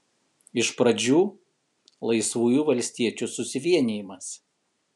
iš pradžių laisvųjų valstiečių susivienijimas